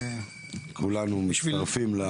כולנו מצטרפים.